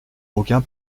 aucun